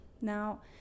Now